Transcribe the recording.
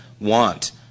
want